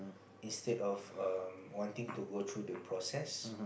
instead of um wanting to go through the process